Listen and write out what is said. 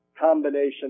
combination